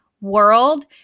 world